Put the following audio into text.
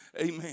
Amen